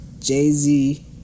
Jay-Z